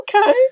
okay